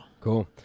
cool